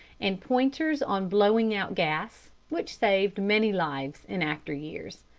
and pointers on blowing out gas which saved many lives in after-years.